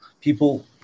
people